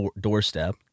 doorstep